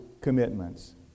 commitments